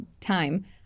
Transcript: time